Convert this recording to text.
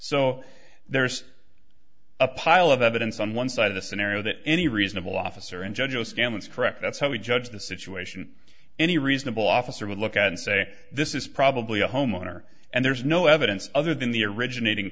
so there's a pile of evidence on one side of the scenario that any reasonable officer and judge gammons correct that's how we judge the situation any reasonable officer would look at and say this is probably a homeowner and there's no evidence other than the originating